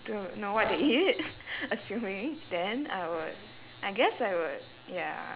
to know what they eat assuming then I would I guess I would ya